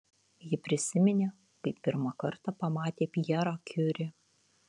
ji prisiminė kaip pirmą kartą pamatė pjerą kiuri